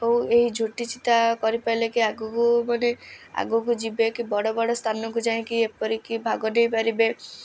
ହଉ ଏହି ଝୋଟି ଚିତା କରିପାରିଲେ ମାନେ ଆଗକୁ ମାନେ ଆଗକୁ ଯିବେକି ବଡ଼ବଡ଼ ସ୍ଥାନକୁ ଯାଇଁକି ଏପିରିକି ଭାଗ ନେଇପାରିବେ